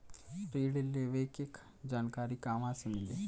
ऋण लेवे के जानकारी कहवा से मिली?